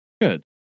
good